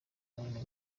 aline